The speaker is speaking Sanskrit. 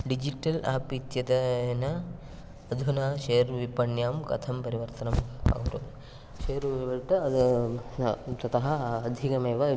डिजिटल् आप् इत्यतेन अधुना शेर् विपण्यां कथं परिवर्तनं कुर्वन् शेर् ततः अधिकमेव